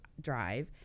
drive